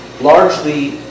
largely